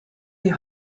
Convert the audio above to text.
die